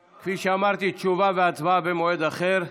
כפי שאמרתי, תשובה והצבעה במועד אחר.